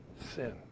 sin